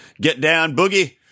get-down-boogie